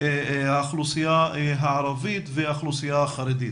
האוכלוסייה הערבית והאוכלוסייה החרדית.